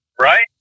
right